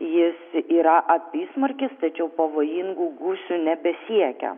jis yra apysmarkis tačiau pavojingų gūsių nebesiekia